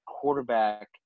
quarterback –